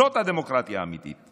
זאת הדמוקרטיה האמיתית.